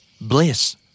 Bliss